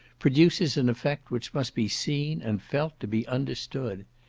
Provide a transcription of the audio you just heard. produces an effect which must be seen and felt to be understood.